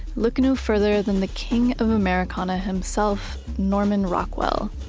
look no further than the king of americana himself, norman rockwell.